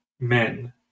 men